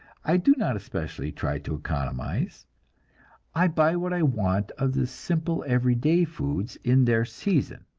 i do not especially try to economize i buy what i want of the simple everyday foods in their season.